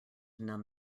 none